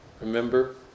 Remember